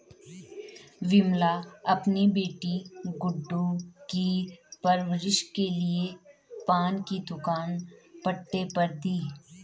विमला अपनी बेटी गुड्डू की परवरिश के लिए पान की दुकान पट्टे पर दी